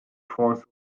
fonds